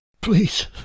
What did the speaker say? Please